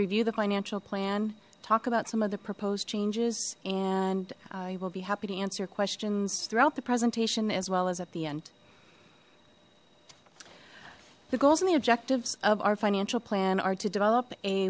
review the financial plan talk about some of the proposed changes and you will be happy to answer questions throughout the presentation as well as at the end the goals and the objectives of our financial plan are to develop a